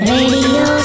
Radio